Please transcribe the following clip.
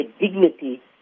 dignity